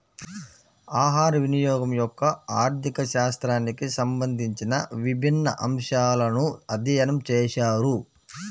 ఆహారవినియోగం యొక్క ఆర్థిక శాస్త్రానికి సంబంధించిన విభిన్న అంశాలను అధ్యయనం చేశారు